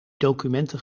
documenten